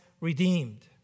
redeemed